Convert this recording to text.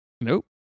nope